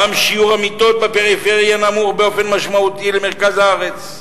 גם שיעור המיטות בפריפריה נמוך באופן משמעותי מהשיעור במרכז הארץ.